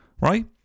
right